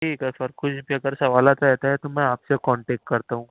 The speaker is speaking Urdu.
ٹھیک ہے سر کچھ اس کے اوپر سوالات رہتے ہیں تو میں آپ سے کانٹیک کرتا ہوں